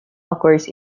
occurs